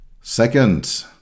Second